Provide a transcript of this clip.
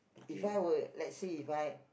If I were let's say If I